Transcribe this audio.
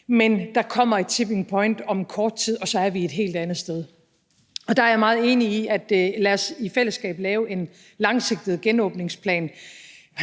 men der kommer et tipping point om kort tid, og så er vi et helt andet sted. Der er jeg meget enig: Lad os i fællesskab lave en langsigtet genåbningsplan.